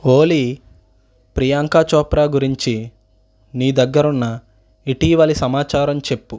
ఓలీ ప్రియాంకా చోప్రా గురించి నీ దగ్గరున్న ఇటీవలి సమాచారం చెప్పు